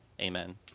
Amen